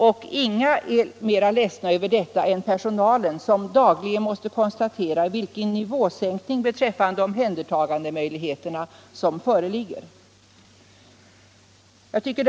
Och ingen är mer ledsen över detta än den personal som dagligen måste konstatera vilken nivåsänkning av omhändertagandemöjligheterna som här har skett.